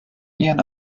ihren